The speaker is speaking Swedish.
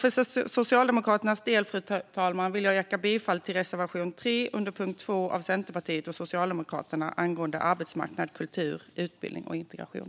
Från Socialdemokraterna yrkar jag bifall till reservation 3 under punkt 2 från Centerpartiet och Socialdemokraterna om arbetsmarknad, kultur, utbildning och integration.